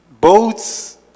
boats